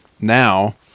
now